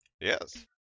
Yes